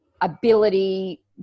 ability